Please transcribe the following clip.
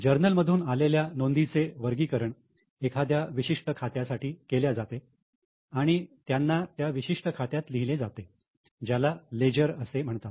journal मधून आलेल्या नोंदींचे वर्गीकरण एखाद्या विशिष्ट खात्यासाठी केल्या जाते आणि त्यांना त्या विशिष्ट खात्यात लिहिले जाते ज्याला लेजर असे म्हणतात